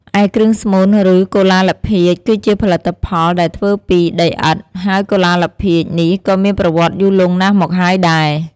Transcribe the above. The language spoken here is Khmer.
ឯគ្រឿងស្មូន ឬកុលាលភាជន៍គឺជាផលិតផលដែលធ្វើពីដីឥដ្ឋ ហើយកុលាលភាជន៍នេះ ក៏មានប្រវត្តិយូរលង់ណាស់មកហើយដែរ។